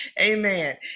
Amen